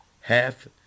half